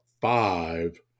five